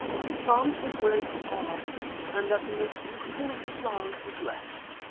that the plant was where you are and that the most beautiful of the flowers was left?